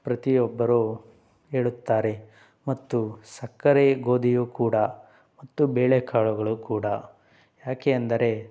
ಪ್ರತಿಯೊಬ್ಬರು ಹೇಳುತ್ತಾರೆ ಮತ್ತು ಸಕ್ಕರೆ ಗೋಧಿಯೂ ಕೂಡ ಮತ್ತು ಬೇಳೆ ಕಾಳುಗಳು ಕೂಡ ಯಾಕೆ ಅಂದರೆ